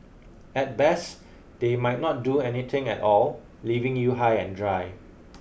at best they might not do anything at all leaving you high and dry